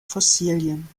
fossilien